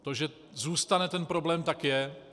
To, že zůstane ten problém, tak je.